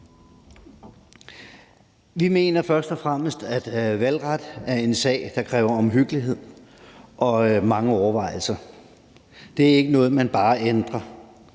Vi mener først og fremmest, at valgret er en sag, der kræver omhyggelighed og mange overvejelser. Det er ikke noget, man bare ændrer.